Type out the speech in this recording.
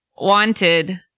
wanted